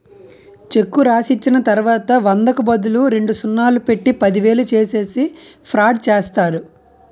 చెక్కు రాసిచ్చిన తర్వాత వందకు బదులు రెండు సున్నాలు పెట్టి పదివేలు చేసేసి ఫ్రాడ్ చేస్తారు